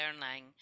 learning